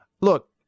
Look